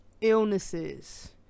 illnesses